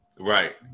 Right